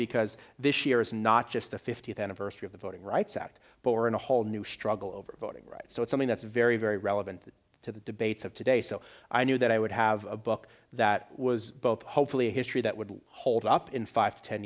because this year is not just the fiftieth anniversary of the voting rights act but we're in a whole new struggle over voting rights so it's something that's very very relevant to the debates of today so i knew that i would have a book that was both hopefully history that would hold up in five ten